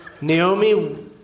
Naomi